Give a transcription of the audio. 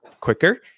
quicker